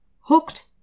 hooked